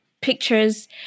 pictures